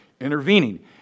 Intervening